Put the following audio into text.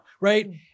right